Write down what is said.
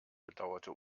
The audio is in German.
bedauerte